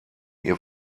ihr